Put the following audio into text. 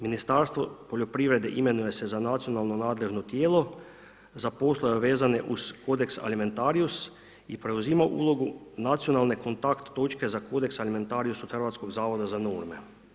Ministarstvo poljoprivrede imenuje se za nacionalno nadležno tijelo za poslove vezane uz kodeks alimentarijus i preuzima ulogu nacionalne kontakt točke za kodeks alimentarijus od Hrvatskog zavoda za norme.